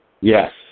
Yes